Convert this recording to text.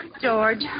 George